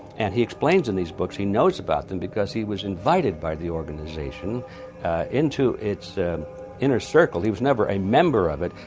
and he explains in these books, he knows about them because he was invited by the organization into its inner circle. he was never a member of it,